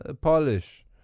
polish